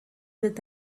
that